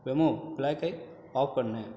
வெமோ ப்ளாக்கை ஆஃப் பண்ணு